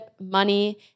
money